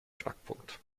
knackpunkt